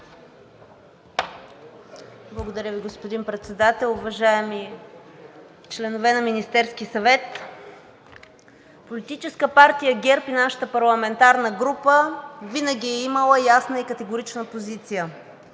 Благодаря Ви, господин Председател. Уважаеми членове на Министерския съвет, Политическа партия ГЕРБ и нашата парламентарна група винаги е имала ясна и категорична позиция